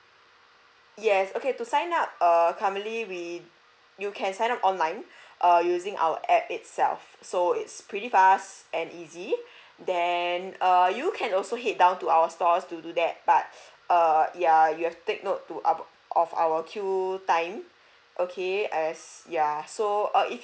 yes okay to sign up err currently we you can sign up online uh using our app itself so it's pretty fast and easy then uh you can also head down to our stores to do that but uh ya you have to take note to of our queue time okay as ya so uh if you